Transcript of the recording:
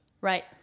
right